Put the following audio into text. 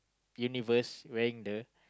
universe wearing the